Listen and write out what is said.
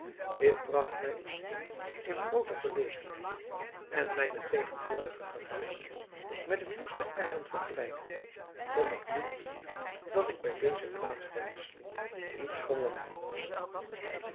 dit bragt mij op nieuw in groote verlegenheid en mijne tegenwoordige gevangenis met het woeste eiland vergelijkende kon ik niet zien dat ik bij deze plaatsverwisseling iets gewonnen had